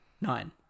Nine